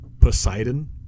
Poseidon